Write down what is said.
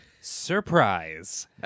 surprise